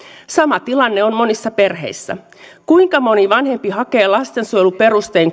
sama tilanne on monissa perheissä kuinka moni vanhempi hakee lastensuojeluperustein